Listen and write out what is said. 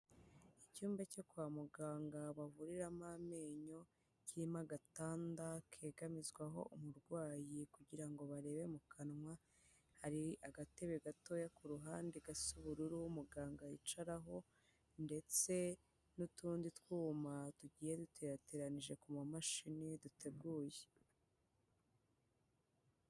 Icyumba cyo kwa muganga bavuriramo amenyo, kirimo agatanda kegamizwaho umurwayi kugira ngo barebe mu kanwa, hari agatebe gatoya ku ruhande gasa ubururu umuganga yicaraho, ndetse n'utundi twuma tugiye duterateranije ku mamashini duteguye.